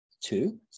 Two